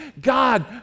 God